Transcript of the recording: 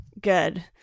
good